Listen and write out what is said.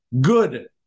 good